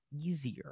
easier